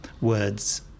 words